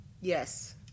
yes